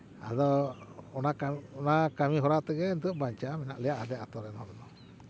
ᱟᱫᱚ ᱚᱱᱟ ᱚᱱᱟ ᱠᱟᱹᱢᱤᱦᱚᱨᱟ ᱛᱮᱜᱮ ᱱᱤᱛᱚᱜ ᱵᱟᱧᱪᱟᱣ ᱢᱮᱱᱟᱜ ᱞᱮᱭᱟ ᱟᱞᱮ ᱟᱛᱳ ᱨᱮᱫᱚ